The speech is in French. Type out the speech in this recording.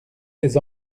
ses